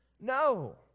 No